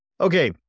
okay